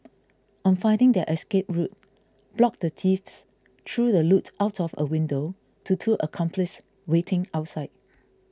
on finding their escape route blocked the thieves threw the loot out of a window to two accomplices waiting outside